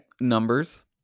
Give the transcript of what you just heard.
numbers